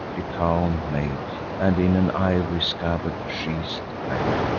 lycaon made, and in an ivory scabbard sheath'd the blade.